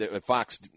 Fox –